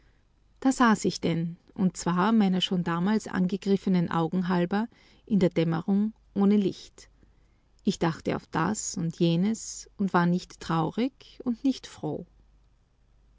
da saß ich denn und zwar meiner schon damals angegriffenen augen halber in der dämmerung ohne licht ich dachte auf das und jenes und war nicht traurig und nicht froh